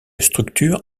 structure